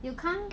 you can't